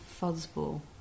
Fuzzball